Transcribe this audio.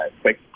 quick